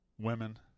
women